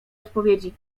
odpowiedzi